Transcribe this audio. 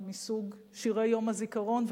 מסוג שירי יום הזיכרון,